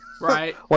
Right